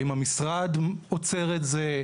האם המשרד עוצר את זה?